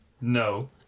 No